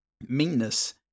meanness